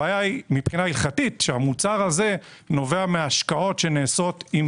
הבעיה היא מבחינה הלכתית שהמוצר הזה נובע מהשקעות שנעשות עם